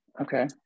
Okay